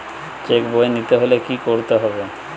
Check বই নিতে হলে কি করতে হবে?